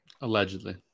Allegedly